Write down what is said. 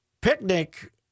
picnic